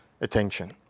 attention